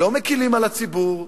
לא מקלים על הציבור,